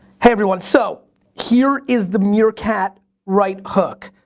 hey everyone so here is the meerkat right hook.